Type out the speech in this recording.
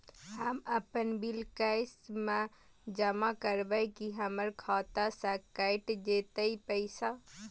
हम अपन bill cash म जमा करबै की हमर खाता स कैट जेतै पैसा?